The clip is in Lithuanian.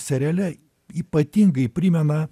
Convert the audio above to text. seriale ypatingai primena